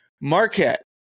Marquette